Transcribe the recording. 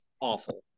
awful